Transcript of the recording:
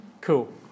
Cool